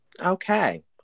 Okay